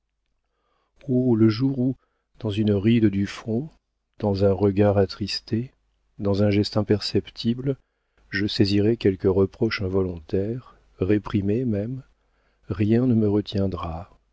le jour où dans une ride du front dans un regard attristé dans un geste imperceptible je saisirai quelque reproche involontaire réprimé même rien ne me retiendra